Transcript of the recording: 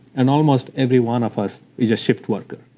and almost everyone of us is a shift worker.